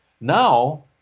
Now